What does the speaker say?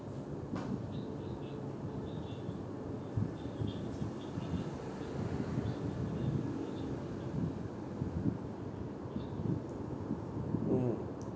mm